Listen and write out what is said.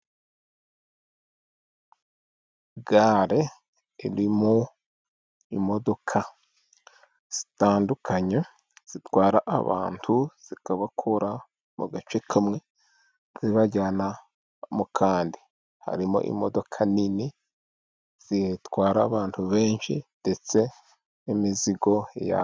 Gare irimo imodoka zitandukanye zitwara abantu zikabakura mu gace kamwe zibajyana mu kandi, harimo imodoka nini zitwara abantu benshi ndetse n'imizigo yabo.